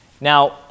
Now